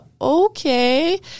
okay